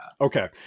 okay